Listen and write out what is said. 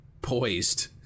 poised